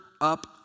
up